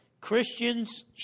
Christians